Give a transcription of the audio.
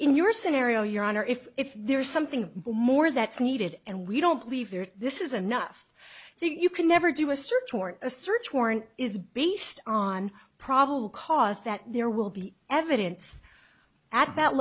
in your scenario your honor if there is something more that's needed and we don't leave there this is enough you can never do a search warrant a search warrant is based on probable cause that there will be evidence at that